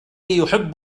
يحب